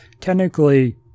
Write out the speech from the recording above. technically